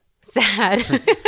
Sad